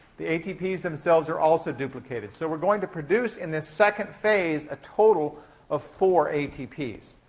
the atps themselves are also duplicated. so we're going to produce, in this second phase, a total of four atps.